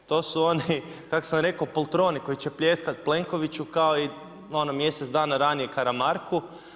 To su oni kako sam rekao poltroni koji će pljeskat Plenkoviću kao i ono mjesec dana ranije Karamarku.